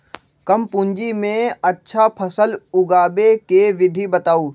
कम पूंजी में अच्छा फसल उगाबे के विधि बताउ?